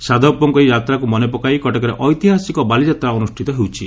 ସାଧବ ପୁଅଙ୍କ ଏହି ଯାତ୍ରାକୁ ମନେପକାଇ କଟକରେ ଐତିହାସିକ ବାଲିଯାତ୍ରା ଅନୁଷ୍ଷିତ ହେଉଛି